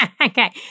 Okay